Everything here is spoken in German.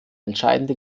entscheidende